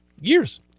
years